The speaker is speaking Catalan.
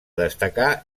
destacar